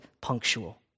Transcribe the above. punctual